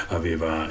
aveva